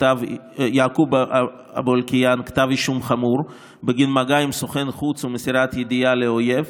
כתב אישום חמור בגין מגע עם סוכן חוץ ומסירת ידיעה לאויב.